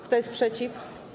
Kto jest przeciw?